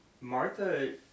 Martha